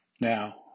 Now